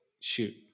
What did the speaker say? shoot